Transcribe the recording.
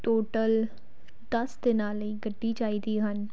total ਦਸ ਦਿਨਾਂ ਲਈ ਗੱਡੀਆਂ ਚਾਹੀਦੀਆਂ ਹਨ